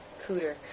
Cooter